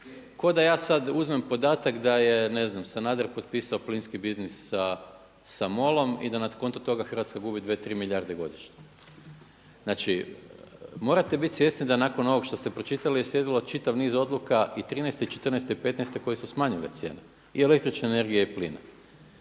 Kao da ja sada uzmem podatak da je Sanader potpisao plinski biznis sa MOL-om i da na kontu toga Hrvatska gubi 2, 3 milijarde godišnje. Znači, morate biti svjesni da nakon ovog što ste pročitali je slijedilo čitav niz odluka i 13.-te i 14.-te i 15.-te koje su smanjile cijene i električne energije i plina.